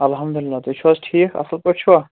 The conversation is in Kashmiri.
اَلحمدُ اللہ تُہۍ چھُو حظ ٹھیٖک اصٕل پٲٹھۍ چھُوا